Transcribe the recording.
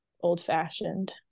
old-fashioned